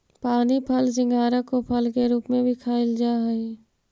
पानी फल सिंघाड़ा को फल के रूप में भी खाईल जा हई